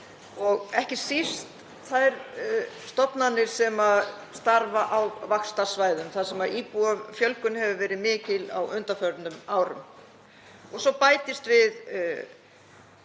og ekki síst þær stofnanir sem starfa á vaxtarsvæðum þar sem íbúafjölgun hefur verið mikil á undanförnum árum. Svo bætast við